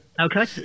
okay